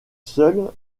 seule